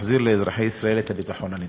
ותחזיר לאזרחי ישראל את הביטחון הנדרש.